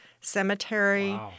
cemetery